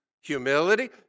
Humility